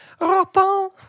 Raton